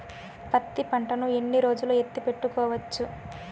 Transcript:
పత్తి పంటను ఎన్ని రోజులు ఎత్తి పెట్టుకోవచ్చు?